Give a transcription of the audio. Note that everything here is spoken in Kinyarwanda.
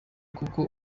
kuko